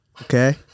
Okay